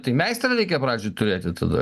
tai meistrą reikia pradžioj turėti tada